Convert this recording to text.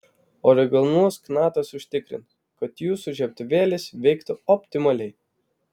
originalus knatas užtikrins kad jūsų žiebtuvėlis veiktų optimaliai